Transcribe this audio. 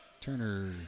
Turner